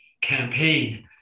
campaign